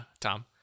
Tom